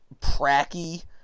pracky